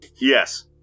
Yes